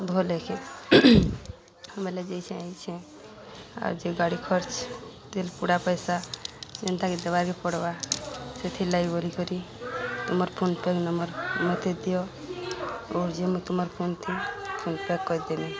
ଭଲ ହେକେ ଆମେଲେ ଯାଇଛେଁ ହେଇଛେଁ ଆର୍ ଯେ ଗାଡ଼ି ଖର୍ଚ୍ଚ ତେଲ ପୁଡ଼ା ପଇସା ଯେନ୍ତାକି ଦେବାକେ ପଡ଼ବା ସେଥିରଲାଗି ବୋଲି କରି ତୁମର ଫୋନ ପେ ନମ୍ବର ମତେ ଦିଅ ଓର୍ ଯେ ମୁଁ ତୁମର ଫୋନ୍ ଫୋନ୍ ପେ କରିଦେମି